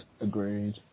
Agreed